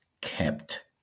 kept